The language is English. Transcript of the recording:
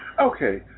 Okay